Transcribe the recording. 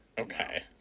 Okay